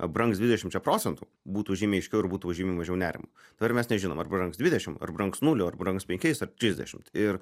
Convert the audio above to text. brangs dvidešimčia procentų būtų žymiai aiškiau ir būtų žymiai mažiau nerimo ir mes nežinom ar brangs dvidešimt ar brangs nuliu ar brangs penkiais ar trisdešimt ir